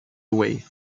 away